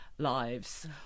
lives